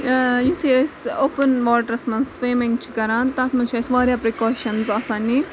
یِتھُے أسۍ open waters منٛز سُوِمِنگ چھِ کران تَتھ منٛز چھِ اَسہِ واریاہ پرٛیکاشنٕز آسان نِنۍ